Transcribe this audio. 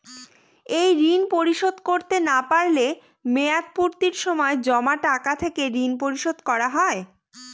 এই ঋণ পরিশোধ করতে না পারলে মেয়াদপূর্তির সময় জমা টাকা থেকে ঋণ পরিশোধ করা হয়?